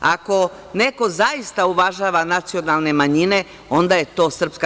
Ako neko zaista uvažava nacionalne manjine, onda je to SRS.